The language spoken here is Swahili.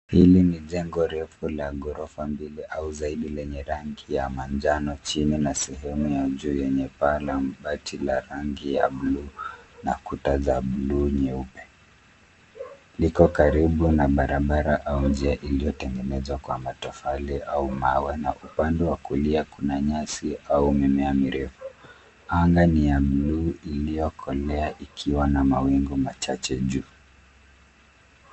Hili ni jengo refu la ghorofa mbili au zaidi lenye rangi ya manjano chini na sehemu ya juu yenye paa la mabati la rangi ya buluu na kuta za buluu nyeupe. Liko karibu na barabara au njia iliyotengenezwa kwa matofali au mawe na upande wa kulia kuna nyasi au mimea mirefu. Anga ni ya buluu iliyokolewa ikiwa na mawingu machache juu.